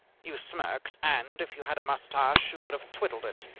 you smirked and, if you had a moustache, you would have twiddled it.